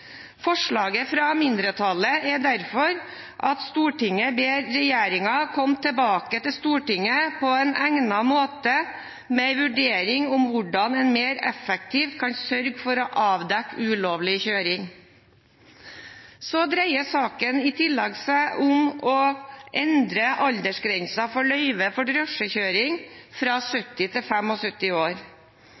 Forslaget fra mindretallet er derfor at Stortinget ber regjeringen komme tilbake til Stortinget på egnet måte med en vurdering av hvordan man mer effektivt kan sørge for å avdekke ulovlig kjøring. I tillegg dreier saken seg om å endre aldersgrensen for løyve for drosjekjøring fra 70 til 75 år.